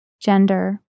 Gender